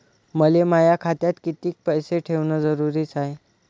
मले माया खात्यात कितीक पैसे ठेवण जरुरीच हाय?